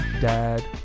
dad